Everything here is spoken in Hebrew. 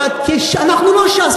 כי אנחנו לא ש"ס,